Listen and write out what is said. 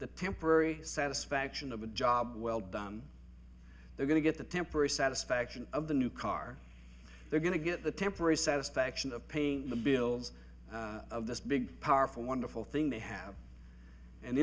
the temporary satisfaction of a job well done they're going to get the temporary satisfaction of the new car they're going to get the temporary satisfaction of paying the bills of this big powerful wonderful thing they have and